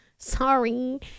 Sorry